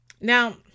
Now